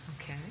Okay